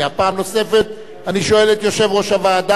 פעם נוספת אני שואל את יושב-ראש הוועדה.